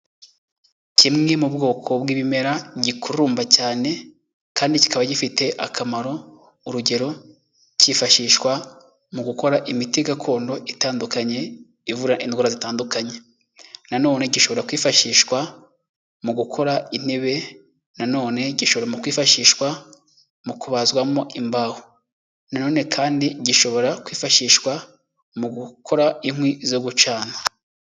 Kimwe mu bwoko bw'ibimera gikururumba cyane kandi kikaba gifite akamaro. Urugero kifashishwa mu gukora imiti gakondo itandukanye ivura indwara zitandukanye. Nanone gishobora kwifashishwa mu gukora intebe. Nanone gishobora mu kwifashishwa mu kubazwamo imbaho. Nanone kandi gishobora kwifashishwa mu gukora inkwi zo gucana.